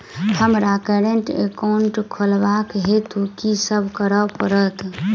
हमरा current account खोलेवाक हेतु की सब करऽ पड़त?